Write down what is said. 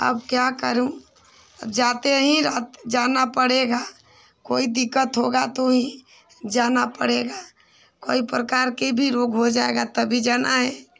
अब क्या करूँ जाते ही जाना पड़ेगा कोई दिक्कत होगी तब भी जाना पड़ेगा कई प्रकार के भी रोग हो जाएगा तब भी जाना है